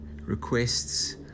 requests